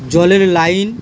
জলের লাইন